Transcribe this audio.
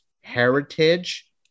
heritage